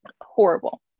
Horrible